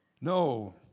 No